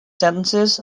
sentences